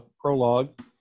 prologue